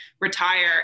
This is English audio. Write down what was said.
retire